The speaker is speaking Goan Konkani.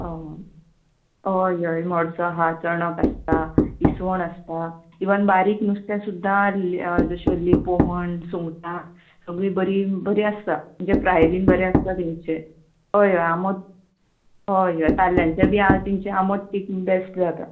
अं हय हय मोडसो आहा चणक आसता इसवण आसता इवन बारीक नुस्तें सुद्दां ल् जश्यो लेपो म्हण सुंगटां सगळीं बरीं बरीं आसता जें फ्राय बीन बरें आसता तेंचें हय हय आमट हय हय ताल्ल्यांचें बी आं तेंचें आमट तीख बॅस्ट जाता